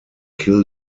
kill